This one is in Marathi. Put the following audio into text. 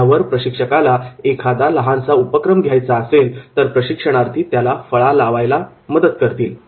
फळ्यावर प्रशिक्षकाला एखादा लहानसा उपक्रम घ्यायचा असेल तर प्रशिक्षणार्थी त्याला फळा लावण्याकरता मदत करतील